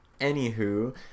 anywho